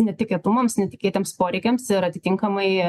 netikėtumams netikėtiems poreikiams ir atitinkamai